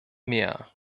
mehr